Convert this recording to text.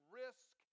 risk